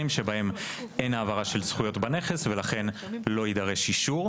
שבהם אין העברה של זכויות בנכס ולכן לא יידרש אישור,